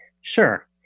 Sure